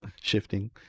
shifting